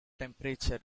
temperature